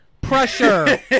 Pressure